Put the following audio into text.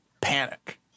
panic